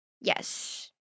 Yes